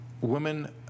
Women